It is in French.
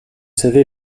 savez